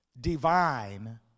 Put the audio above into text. divine